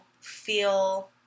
feel